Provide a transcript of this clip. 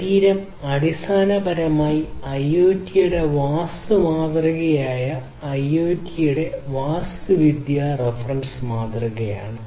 ശരീരം അടിസ്ഥാനപരമായി IoT യുടെ വാസ്തു മാതൃകയായ IoT യുടെ വാസ്തുവിദ്യാ റഫറൻസ് മാതൃകയാണ്